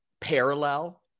parallel